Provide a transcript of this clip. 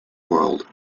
world